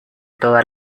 toda